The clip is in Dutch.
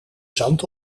zand